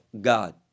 God